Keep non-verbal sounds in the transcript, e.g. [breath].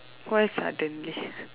why suddenly [breath]